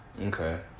Okay